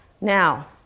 Now